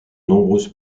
nombreuses